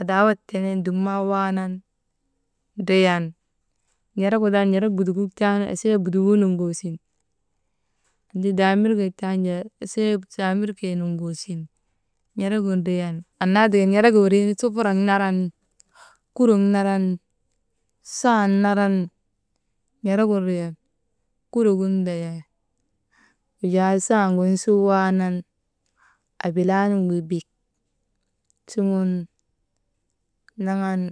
adaawat teneenu dumnaanu waanan ndriyan n̰eregu butukuk taanu esee butukuu noŋgosin annti daamirkek taanu jaa esee daamir kee noŋgosin n̰eregu ndriyan, annaatika n̰eregu windriinu sufurak naran, kurok naran, sahan naran n̰eregu ndriyan kurogin ndayan wujaa sahan gin suu waanan abilaa nuŋgu bik suŋun naŋan.